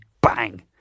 bang